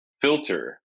filter